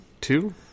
Two